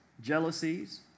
jealousies